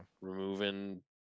removing